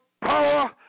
power